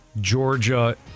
Georgia